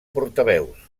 portaveus